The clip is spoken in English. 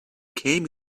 came